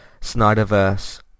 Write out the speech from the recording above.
Snyderverse